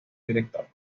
director